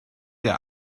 der